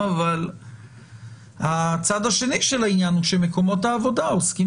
אבל הצד השני של העניין הוא שמקומות העבודה עוסקים